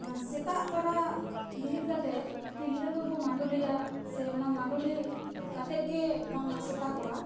ᱥᱮᱛᱟᱜ ᱛᱚᱨᱟ ᱵᱮᱨᱮᱫ ᱠᱟᱛᱮ ᱛᱤᱨᱞᱟᱹ ᱠᱚᱠᱚ ᱢᱟᱹᱰᱚᱞᱤᱭᱟ ᱥᱮ ᱚᱱᱟ ᱢᱟᱹᱰᱳᱞᱤ ᱠᱟᱛᱮᱫ ᱜᱮ ᱵᱟᱝᱢᱟ ᱥᱮᱛᱟᱜᱚᱜᱼᱟ